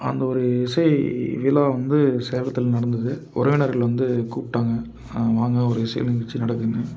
அந்த ஒரு இசை விழா வந்து சேலத்தில் நடந்தது உறவினர்கள் வந்து கூப்பிட்டாங்க ஆ வாங்க ஒரு இசை நிகழ்ச்சி நடக்குதுன்னு